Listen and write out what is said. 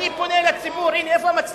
אני פונה אל הציבור, הנה, איפה המצלמות?